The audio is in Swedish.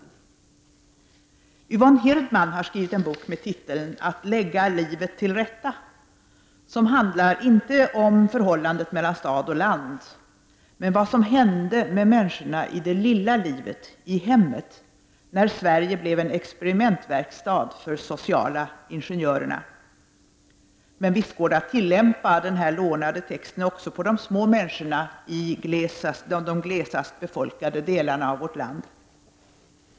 Yvonne Hirdman har skrivit en bok med titeln Att lägga livet till rätta. Den handlar inte om förhållandet mellan stad och land men om vad som hände med människorna i det lilla livet, i hemmet, när Sverige blev en expe rimentverkstad för de sociala ingenjörerna. Men visst går det att tillämpa den här lånade texten också på de små människorna i de glesast befolkade delarna av vårt land.